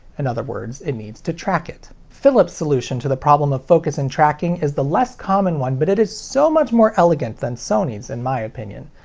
in other words, it needs to track it. philips' solution to the problem of focus and tracking is the less common one, but it is so much more elegant than sony's in my opinion.